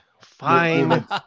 fine